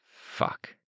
fuck